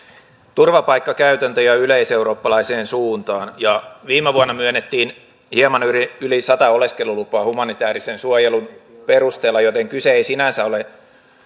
turvapaikkakäytäntöjä yleiseurooppalaiseen suuntaan viime vuonna myönnettiin hieman yli yli sata oleskelulupaa humanitäärisen suojelun perusteella joten kyse ei sinänsä ole